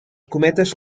cometes